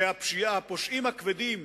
הפושעים הכבדים